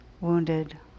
wounded